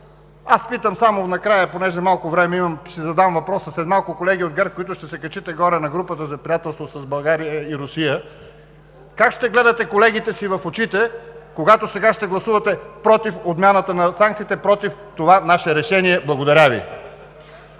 Аз питам накрая, понеже имам малко време, ще си задам въпроса след малко – колеги от ГЕРБ, които ще се качите горе на Групата за приятелство България – Русия, как ще гледате колегите си в очите, когато сега ще гласувате против отмяната на санкциите, против това наше решение? Благодаря Ви.